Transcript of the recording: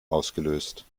ausgelöst